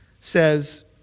says